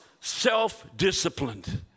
self-disciplined